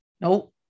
nope